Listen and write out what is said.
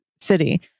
City